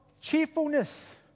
cheerfulness